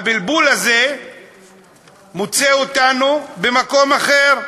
הבלבול הזה מוצא אותנו במקום אחר.